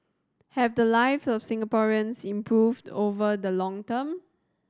have the lives of Singaporeans improved over the long term